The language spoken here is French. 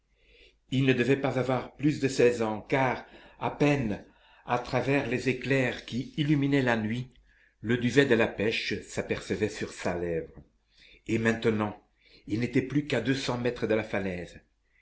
il ne devait pas avoir plus de seize ans car à peine à travers les éclairs qui illuminaient la nuit le duvet de la pèche s'apercevait sur sa lèvre et maintenant il n'était plus qu'à deux cents mètres de la falaise